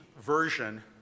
version